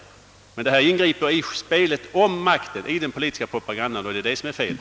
Partistödet ingriper ”emellertid i spelet om makten, d.v.s. i den politiska propagandan. Det är detta som är felet.